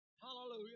Hallelujah